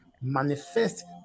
manifest